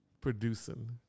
Producing